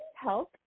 help